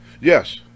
Yes